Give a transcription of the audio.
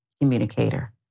communicator